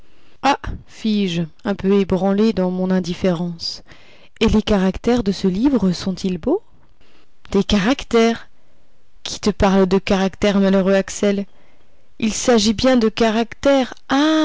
ah fis-je un peu ébranlé dans mon indifférence et les caractères de ce livre sont-ils beaux des caractères qui te parle de caractères malheureux axel il s'agit bien de caractères